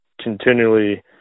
continually